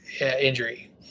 injury